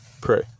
pray